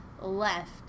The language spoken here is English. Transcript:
left